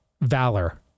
Valor